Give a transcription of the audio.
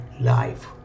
life